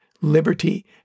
liberty